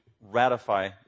ratify